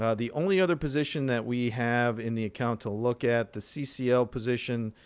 ah the only other position that we have in the account to look at the ccl position.